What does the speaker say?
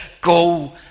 go